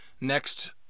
next